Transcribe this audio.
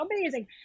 amazing